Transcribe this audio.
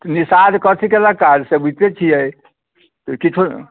निषाद कथी कयलक काज से बूझिते छियै किछु नहि